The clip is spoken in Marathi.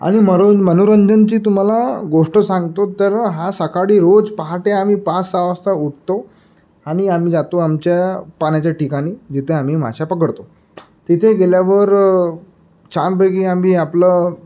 आणि मनो मनोरंजनाची तुम्हाला गोष्ट सांगतो तर हा सकाळी रोज पहाटे आम्ही पाच सहा वाजता उठतो आणि आम्ही जातो आमच्या पाण्याच्या ठिकाणी जिथे आम्ही मासे पकडतो तिथे गेल्यावर छानपैकी आम्ही आपलं